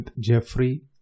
Jeffrey